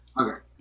Okay